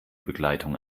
begleitung